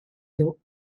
dawh